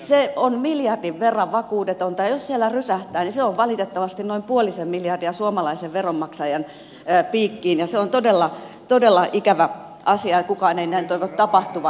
se on miljardin verran vakuudetonta ja jos siellä rysähtää niin se on valitettavasti noin puolisen miljardia suomalaisen veronmaksajan piikkiin ja se on todella ikävä asia ja kukaan ei näin toivo tapahtuvan